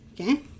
Okay